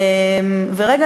ורגע,